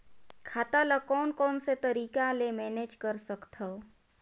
खाता ल कौन कौन से तरीका ले मैनेज कर सकथव?